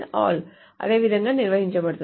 ALL అదే విధంగా నిర్వచించబడింది